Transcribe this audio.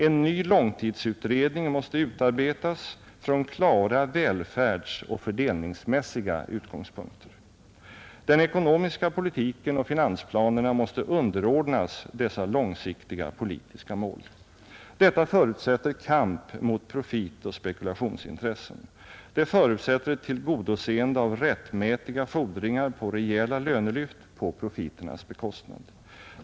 En ny långtidsutredning måste utarbetas från klara välfärdsoch fördelningsmässiga utgångspunkter. Den ekonomiska politiken och finansplanerna måste underordnas dessa långsiktiga politiska mål. Detta förutsätter kamp mot profitoch spekulationsintressen. Det förutsätter ett tillgodoseende av rättmätiga fordringar på rejäla lönelyft på profiternas bekostnad.